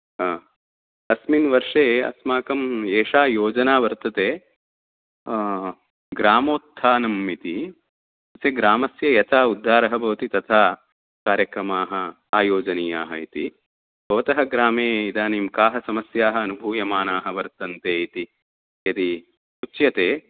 हा अस्मिन् वर्षे अस्माकं एषा योजना वर्तते ग्रामोत्थानम् इति इति ग्रामस्य यथा उद्धारः भवति तथा कार्यक्रमाः आयोजनीयाः इति भवतः ग्रामे इदानीं काः समस्याः अनुभूयमानाः वर्तन्ते इति यदि उच्यते